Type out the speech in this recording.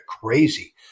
crazy